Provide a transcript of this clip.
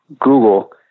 Google